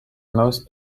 most